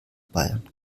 bayern